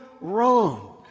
wrong